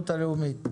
הלאומית,